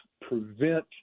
prevent